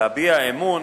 להביע אמון